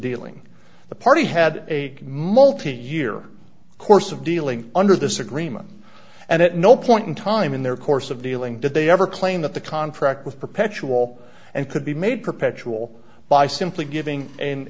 dealing the party had a multi year course of dealing under this agreement and at no point in time in their course of dealing did they ever claim that the contract with perpetual d and could be made perpetual by simply giving